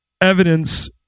evidence